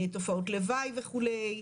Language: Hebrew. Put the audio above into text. תופעות לוואי וכו'.